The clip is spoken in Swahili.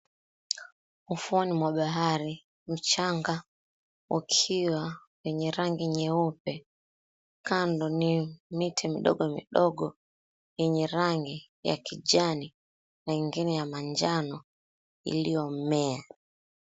Ufuoni mwa bahari mchanga ukiwa wenye rangi nyeupe. Kando ni miti midogo midogo yenye rangi ya kijani na nyingine ya manjano iliyomea.